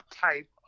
type